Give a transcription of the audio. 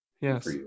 yes